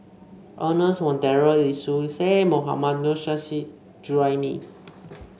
Ernest Monteiro Lee Seow Ser Mohammad Nurrasyid Juraimi